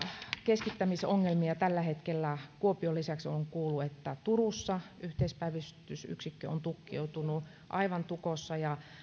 keskittämisongelmista tällä hetkellä kuopion lisäksi olen kuullut että turussa yhteispäivystysyksikkö on tukkeutunut aivan tukossa